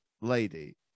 lady